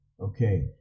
Okay